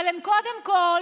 אבל קודם כול